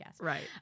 Right